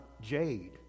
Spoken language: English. jade